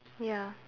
ya